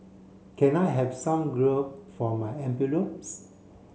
can I have some glue for my envelopes